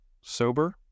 sober